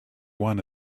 one